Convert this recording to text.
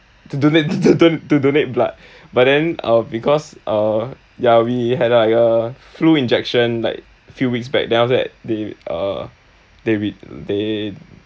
to donate to do~ to donate blood but then uh because uh ya we had like a flu injection like few weeks back then after that they uh they with~ they